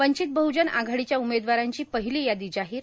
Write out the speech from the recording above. वंचित बहुजन आघाडीच्या उमेदवारांची पहिली यादी जाहीर